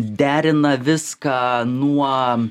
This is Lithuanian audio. derina viską nuo